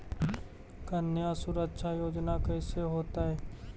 कन्या सुरक्षा योजना कैसे होतै?